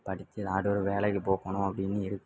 படித்து எங்கிட்டாவது ஒரு வேலைக்கு போகணும் அப்படின்னு இருக்குது